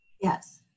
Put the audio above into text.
Yes